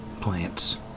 plants